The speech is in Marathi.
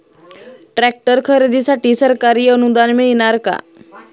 ट्रॅक्टर खरेदीसाठी सरकारी अनुदान मिळणार का?